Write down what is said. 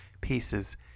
pieces